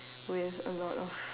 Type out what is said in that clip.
with a lot of